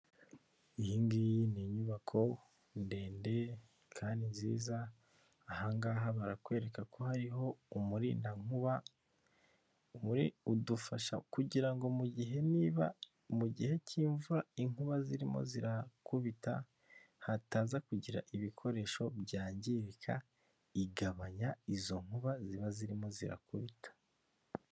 Iyi ngiyi ni inyubako ndende kandi nziza, ahangaha barakwereka ko hariho umuridankuba, umuri udufasha kugira ngo mu gihe niba mu gihe cy'imvura inkuba zirimo zirakubita, hataza kugira ibikoresho byangirika, igabanya izo nkuba ziba zirimo zirakubita.